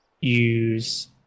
use